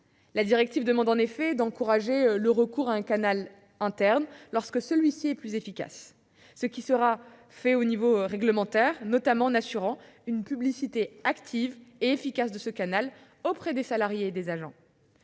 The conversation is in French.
interne. Elle demande en effet d'encourager le recours à un canal interne lorsque celui-ci est plus efficace, ce qui sera fait au niveau réglementaire, notamment en assurant une publicité active de ce canal auprès des salariés et des agents.